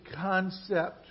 concept